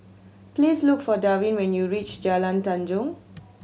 please look for Darwin when you reach Jalan Tanjong